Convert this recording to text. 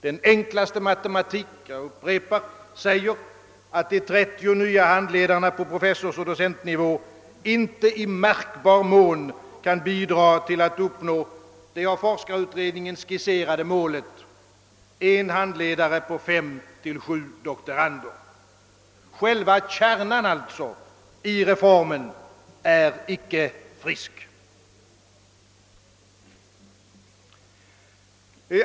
Den enklaste matematik — jag upprepar det — visar, att de 30 nya handledarna på professorsoch docentnivå inte i märkbar mån kan bidra till att vi uppnår det av forskarutredningen angivna målet: en handledare på mellan fem och sju doktorander. Själva kärnan i reformen är alltså icke frisk.